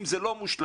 אם זה לא מושלם,